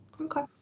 Okay